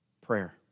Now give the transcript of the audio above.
Prayer